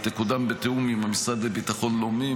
היא תקודם בתיאום עם המשרד לביטחון לאומי,